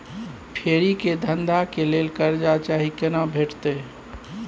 फेरी के धंधा के लेल कर्जा चाही केना भेटतै?